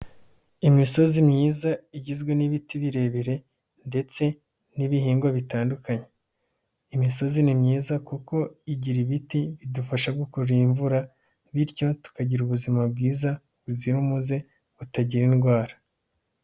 Imisozi myiza igizwe n'ibiti birebire ndetse n'ibihingwa bitandukanye, imisozi ni myiza kuko igira ibiti bidufasha gukurura imvura bityo tukagira ubuzima bwiza buzira umuze butagira indwara.